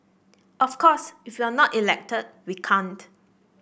of course if we're not elected we can't